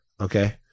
Okay